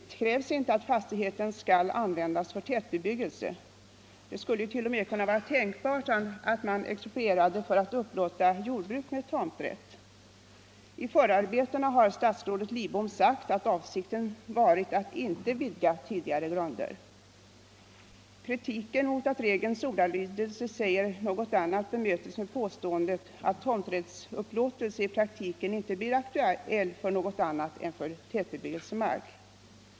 Det krävs inte att fastigheten skall användas för tätbebyggelse — det skulle t.o.m. vara tänkbart att man exproprierade för att upplåta jordbruk med tomträtt. I förarbetena har statsrådet Lidbom sagt att avsikten varit att inte vidga tidigare grunder. Kritiken mot att regelns ordalydelse säger något annat bemötes med påståendet att tomträttsupplåtelse i praktiken inte blir aktuell för annat än tätbebyggelse mark.